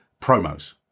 promos